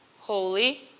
holy